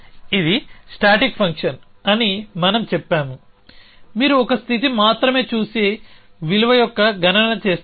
ఇది static function అని మనం చెప్పాము మీరు ఒక స్థితిని మాత్రమే చూసి విలువ యొక్క గణన చేస్తారు